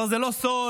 זה לא סוד,